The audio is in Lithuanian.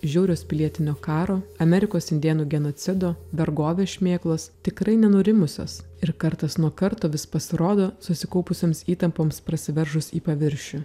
žiaurios pilietinio karo amerikos indėnų genocido vergovės šmėklos tikrai nenurimusios ir kartas nuo karto vis pasirodo susikaupusioms įtampoms prasiveržus į paviršių